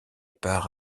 part